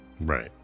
Right